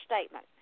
statement